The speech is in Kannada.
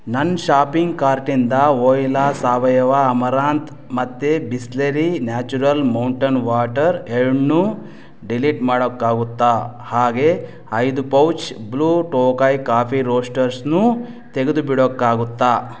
ನನ್ನ ಶಾಪಿಂಗ್ ಕಾರ್ಟಿಂದ ವೋಯ್ಲಾ ಸಾವಯವ ಅಮರಾಂತ್ ಮತ್ತು ಬಿಸ್ಲೆರಿ ನ್ಯಾಚುರಲ್ ಮೌಂಟನ್ ವಾಟರ್ ಎರ್ಡ್ನೂ ಡಿಲೀಟ್ ಮಾಡೋಕ್ಕಾಗತ್ತಾ ಹಾಗೇ ಐದು ಪೌಚ್ ಬ್ಲೂ ಟೋಕಾಯ್ ಕಾಫಿ ರೋಶ್ಟರ್ಸ್ನೂ ತೆಗೆದುಬಿಡೋಕ್ಕಾಗತ್ತಾ